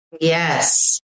Yes